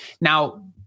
now